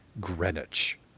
Greenwich